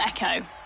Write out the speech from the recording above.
Echo